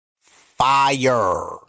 Fire